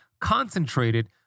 concentrated